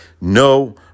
No